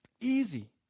easy